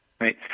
right